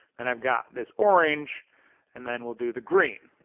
then i've got this orange and then we'll do the green.